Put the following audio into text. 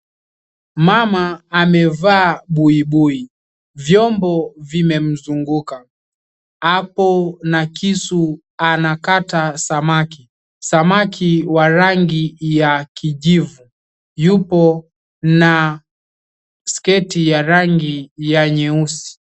Mama amevaa buibui, vyombo vimemzunguka. Apo na kisu anakata samaki, samaki wa rangi ya kijivu, yupo na sketi ya rangi ya nyeusi.